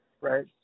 right